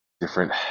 Different